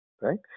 Right